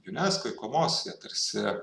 unesco jie kovos jie tarsi